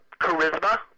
charisma